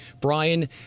Brian